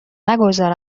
نگذار